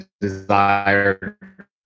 desire